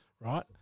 right